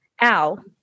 Al